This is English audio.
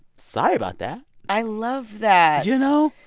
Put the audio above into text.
sorry about that i love that you know?